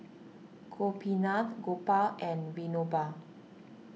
Gopinath Gopal and Vinoba